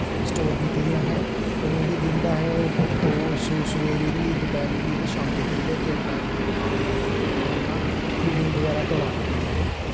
store कीती दी असें ते उ'नेंगी दिन दा असें दो सवेरे बी दपैह्री बी ते शाम्मी बी तिन्न टाईम मतलब कि ओह् करना उ'नेंगी ना फीडिंग बगैरा करोआनी होंदी ऐ